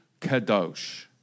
kadosh